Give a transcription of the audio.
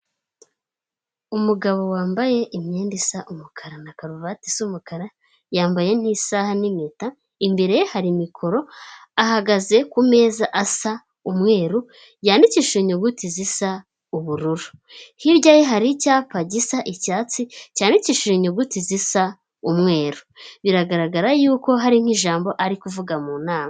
Umugabo wambaye imyenda isa umukara na karuvati isa umukara yambaye n'isaha n'impeta, imbere ye hari mikoro ahagaze ku meza asa umweru yandikishije inyuguti zisa ubururu, hirya ye hari icyapa gisa icyatsi cyandikishije inyuguti zisa umweru, biragaragara yuko hari nk'ijambo ari kuvuga mu nama.